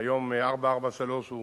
היום 443 הוא